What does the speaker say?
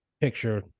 picture